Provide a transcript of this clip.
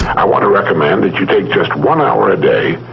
i want to recommend that you take just one hour a day,